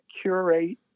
curate